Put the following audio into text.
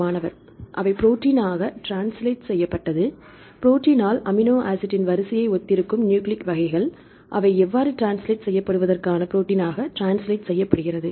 மாணவர் அவை ப்ரோடீன் ஆக ட்ரான்ஸ்லேட் செய்யப்பட்டது ப்ரோடீன் ல் அமினோ ஆசிட்டின் வரிசையை ஒத்திருக்கும் நியூக்ளிக் வகைகள் அவை எவ்வாறு ட்ரான்ஸ்லேட் செய்யப்படுவதற்கான ப்ரோடீன் ஆக ட்ரான்ஸ்லேட் செய்யப்படுகிறது